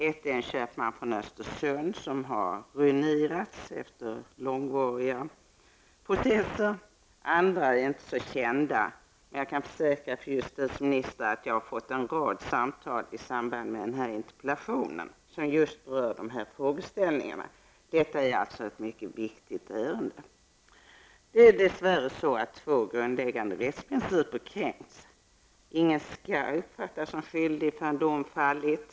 Ett känt exempel är köpmannen från Östersund som har ruinerats efter långvariga processer. Andra exempel är inte så kända. Men jag kan försäkra fru justitieministern att jag har fått en rad samtal i samband med den här interpellationen som just berör den frågeställningen. Det här är således ett mycket viktigt ärende. Två grundläggande rättsprinciper har dess värre kränkts: Ingen skall uppfattas som skyldig förrän dom fallit.